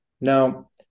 Now